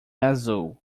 azul